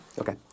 Okay